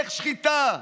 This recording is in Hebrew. שחיטה,